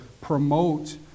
promote